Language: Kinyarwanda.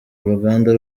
uruganda